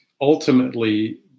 ultimately